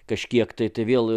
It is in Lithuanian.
kažkiek tai vėl